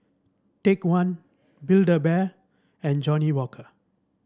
Take One Build A Bear and Johnnie Walker